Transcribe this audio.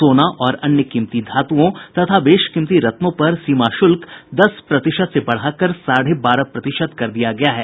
सोना और अन्य कीमती धातुओं तथा बेशकीमती रत्नों पर सीमा शुल्क दस प्रतिशत से बढ़ाकर साढ़े बारह प्रतिशत कर दिया गया है